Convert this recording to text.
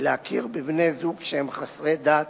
להכיר בבני-זוג שהם חסרי דת